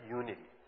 unity